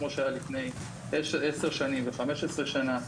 כמו שהיה לפני 10 שנים ו-15 שנים.